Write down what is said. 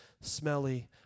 smelly